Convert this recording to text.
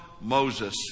Moses